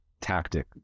tactic